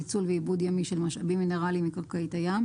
ניצול ועיבוד ימי של משאבים מינרלים מקרקעית הים,